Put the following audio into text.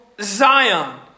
Zion